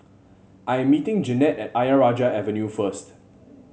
I am meeting Jeannette at Ayer Rajah Avenue first